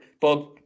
Bob